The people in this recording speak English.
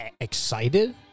excited